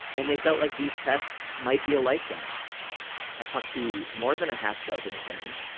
and they felt like these tests might be a lifeline i talked to more than a half-dozen of them.